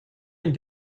and